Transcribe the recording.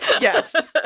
yes